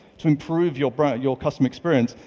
to improve your but your customer experience,